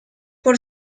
por